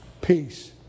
peace